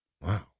Wow